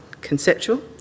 Conceptual